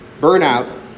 burnout